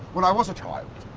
when i was a child,